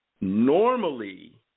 normally